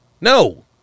no